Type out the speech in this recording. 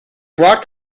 broad